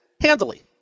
Handily